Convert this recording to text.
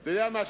אתה יודע מה,